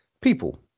people